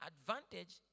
advantage